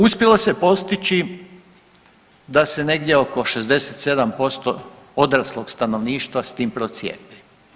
Uspjelo se postići da se negdje oko 67% odraslog stanovništva s time procijepi.